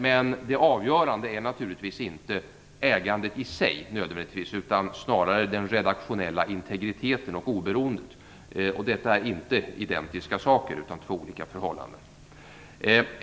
Men det avgörande är naturligtvis inte ägandet i sig, utan snarare den redaktionella integriteten och oberoendet. Detta är inte identiska saker utan två olika förhållanden.